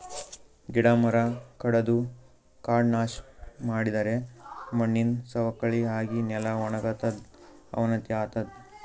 ಗಿಡ ಮರ ಕಡದು ಕಾಡ್ ನಾಶ್ ಮಾಡಿದರೆ ಮಣ್ಣಿನ್ ಸವಕಳಿ ಆಗಿ ನೆಲ ವಣಗತದ್ ಅವನತಿ ಆತದ್